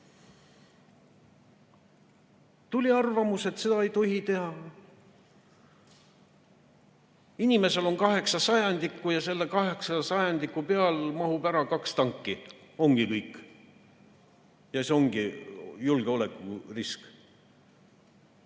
tuli arvamus, et seda ei tohi teha. Inimesel on kaheksa sajandikku ja selle kaheksa sajandiku peale mahub ära kaks tanki, ongi kõik. Ja see ongi julgeolekurisk. Nii